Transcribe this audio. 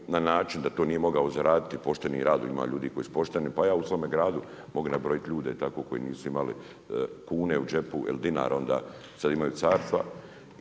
na način da to nije mogao zaraditi poštenim radom, ima onih koji su pošteni, pa ja u svome gradu mogu nabrojiti ljude tako koji nisu imali kune u džepu, dinara onda, sad imaju carstva.